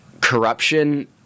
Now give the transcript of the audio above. corruption—